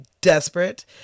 desperate